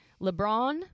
LeBron